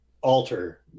alter